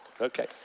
Okay